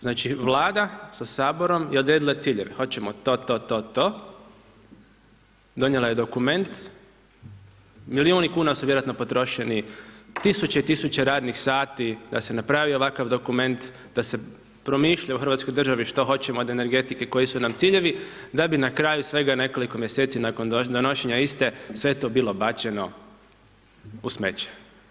Znači Vlada sa Saborom je odredila ciljeve, hoćemo to, to, to, to, donijela je dokument, milijuni kuna su vjerojatno potrošeni, tisuće i tisuće radnih sati da se napravi ovakav dokument, da se promišlja u hrvatskoj državi što hoćemo od energetike, koji su nam ciljevi, da bi na kraju svega nekoliko mjeseci nakon donošenja iste sve to bilo bačeno u smeće.